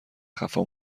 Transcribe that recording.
خفا